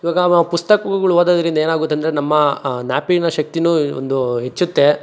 ಇವಾಗ ನಾವು ಪುಸ್ತಕಗಳು ಓದೋದ್ರಿಂದ ಏನಾಗುತ್ತೆಂದ್ರೆ ನಮ್ಮ ಜ್ಞಾಪನ ಶಕ್ತಿಯು ಒಂದು ಹೆಚ್ಚುತ್ತೆ